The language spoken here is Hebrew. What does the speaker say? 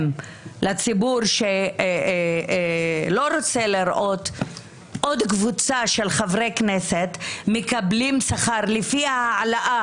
הציבור שלא רוצה לראות עוד קבוצה של חברי כנסת מקבלים שכר לפי העלאה